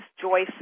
Joyce